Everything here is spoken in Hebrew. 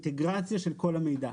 רועי אחד מאלו